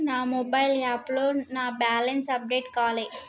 నా మొబైల్ యాప్లో నా బ్యాలెన్స్ అప్డేట్ కాలే